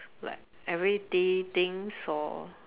like everyday things or